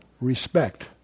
respect